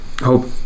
hope